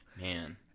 Man